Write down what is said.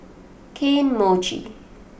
Kane Mochi